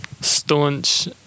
Staunch